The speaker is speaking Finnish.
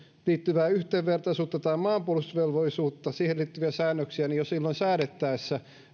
liittyvää yhdenvertaisuutta tai maanpuolustusvelvollisuuteen liittyviä säännöksiä jo silloin säädettäessä